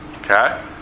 Okay